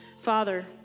Father